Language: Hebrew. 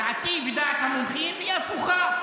דעתי ודעת המומחים היא הפוכה,